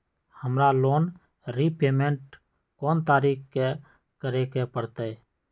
हमरा loan repayment कोन तारीख के करे के परतई?